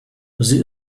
sie